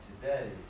today